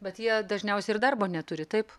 bet jie dažniausiai ir darbo neturi taip